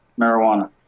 marijuana